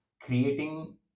creating